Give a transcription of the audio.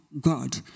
God